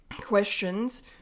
questions